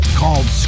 called